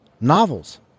novels